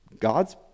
God's